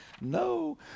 no